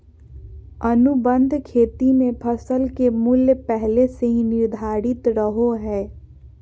अनुबंध खेती मे फसल के मूल्य पहले से ही निर्धारित रहो हय